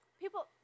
People